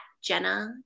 Jenna